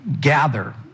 gather